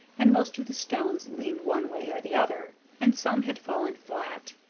and most of the stones leaned one way or the other, and some had fallen flat.